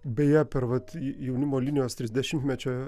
beje per vat jaunimo linijos trisdešimtmečio